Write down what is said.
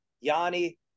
Yanni